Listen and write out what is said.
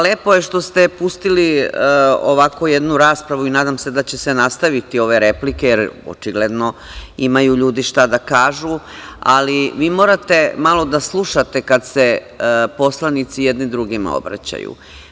Lepo je što ste pustili ovako jednu raspravu, nadam se da će se nastaviti ove replike, jer očigledno imaju ljudi šta da kažu, ali vi morate malo da slušate kad se poslanici jedni drugima obraćaju.